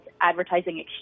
advertising